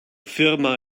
firma